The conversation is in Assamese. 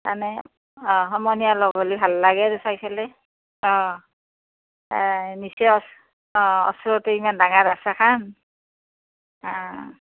মানে সমনীয়া লগ হ'লে ভাল লাগে চাই পেলাই অ তাই নিচেই অ ওচৰতে ইমান ডাঙৰ ৰাস এখন অ